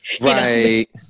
right